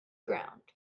ground